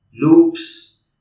loops